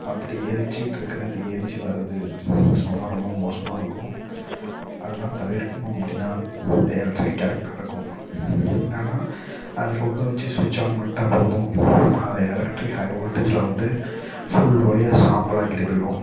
அப்படி எரிச்சிகிட்டுருக்கிறது ஏரிஞ்சி வரது ஸோ அதெலாம் ரொம்ப மோசமாக இருக்கும் அதெலாம் தவிர்க்கணும் அப்படின்னா இந்த எலக்ட்ரிக் கரெக்டாக இருக்கும் என்னான்னா அதில் உள்ள வச்சு ஸ்விட்ச் ஆன் பண்ணிவிட்டா போதும் அதை எலக்ட்ரிக் ஹை வோல்டேஜ்ஜில் வந்து ஃபுல் பாடியை சாம்பல் ஆக்கிவிட்டு போயிடும்